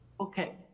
Okay